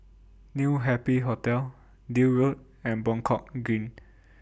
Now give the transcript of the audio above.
New Happy Hotel Deal Road and Buangkok Green